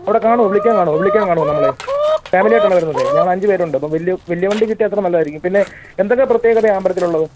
അവിടെ കാണുമോ വിളിക്കാൻ കാണുമോ വിളിക്കാൻ കാണുമോ നമ്മളേ ഫാമിലി ആയിട്ടാണ് വരുന്നതേ ഞങ്ങൾ അഞ്ച് പേർ ഉണ്ട് അപ്പം വലിയ വലിയ വണ്ടി കിട്ടിയാൽ അത്രയും നല്ലതായിരിക്കും പിന്നെ എന്തൊക്കെ പ്രത്യേകതയാണ് ആ അമ്പലത്തിലുള്ളത്